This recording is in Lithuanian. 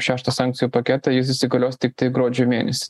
šeštą sankcijų paketą jis įsigalios tiktai gruodžio mėnesį